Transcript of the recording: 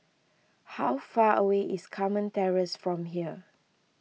how far away is Carmen Terrace from here